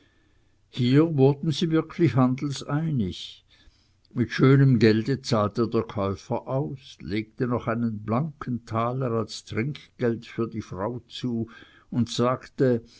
hier wurden sie wirklich handels alsbald einig mit schönem gelde zahlte der käufer aus legte noch einen blanken taler als trinkgeld für die frau zu und sagte